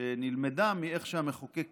שנלמדה מאיך שהמחוקק